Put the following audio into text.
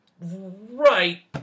Right